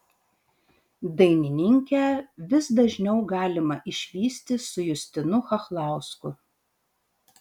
dainininkę vis dažniau galima išvysti su justinu chachlausku